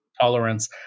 tolerance